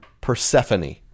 persephone